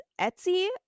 Etsy